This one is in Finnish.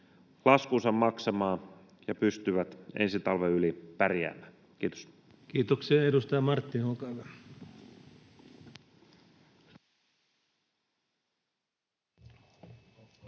laskunsa maksamaan ja pystyvät ensi talven yli pärjäämään. — Kiitos. Kiitoksia. — Edustaja Marttinen, olkaa hyvä.